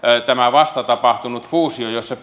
tämä vasta tapahtunut fuusio jossa